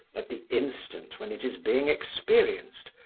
at the instant when it is being experienced,